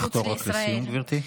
לחתור לסיום, גברתי.